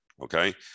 Okay